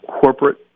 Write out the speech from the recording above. corporate